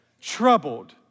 Troubled